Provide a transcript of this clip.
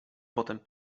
potem